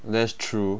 that's true